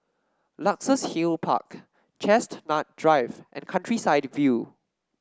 Luxus Hill Park Chestnut Drive and Countryside View